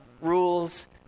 rules